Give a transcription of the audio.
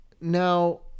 now